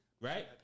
right